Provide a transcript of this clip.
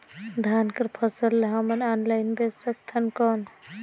धान कर फसल ल हमन ऑनलाइन बेच सकथन कौन?